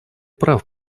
прав